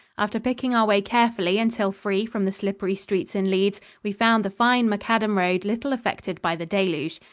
after picking our way carefully until free from the slippery streets in leeds, we found the fine macadam road little affected by the deluge.